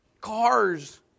cars